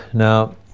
Now